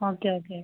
okay okay